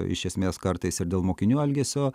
iš esmės kartais ir dėl mokinių elgesio